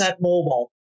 mobile